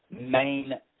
main